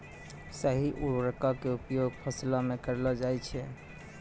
सही उर्वरको क उपयोग फसलो म करलो जाय छै